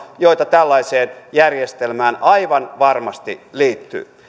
joita tällaiseen järjestelmään aivan varmasti liittyy